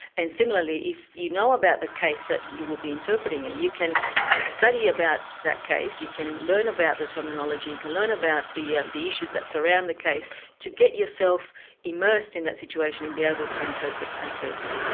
and similarly if you know about the case that you will be interpreting in, and you can study about that case, you can learn about the terminology, you can learn about the and the issues that surround the case to get yourself immersed in that situation and be able to interpret accurately.